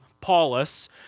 Paulus